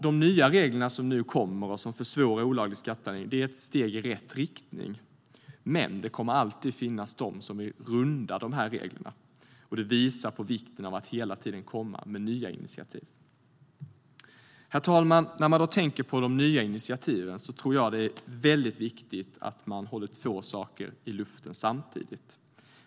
De nya reglerna som nu kommer och som försvårar olaglig skatteplanering är ett steg i rätt riktning, men det kommer alltid att finnas de som vill runda reglerna. Det visar på vikten av att hela tiden komma med nya initiativ. Herr talman! När man tänker på de nya initiativen tror jag att det är viktigt att man håller två saker i luften samtidigt.